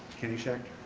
kenny schachter.